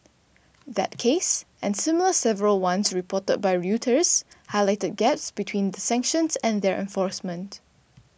that case and several similar ones reported by Reuters Highlighted Gaps between the sanctions and their enforcement